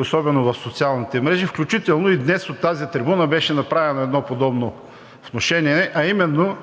особено в социалните мрежи. Включително и днес от тази трибуна беше направено едно подобно внушение, а именно